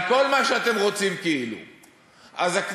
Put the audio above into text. על כל מה שאתם רוצים כאילו,